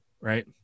right